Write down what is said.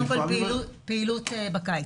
קודם כול, פעילות בקיץ